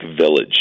village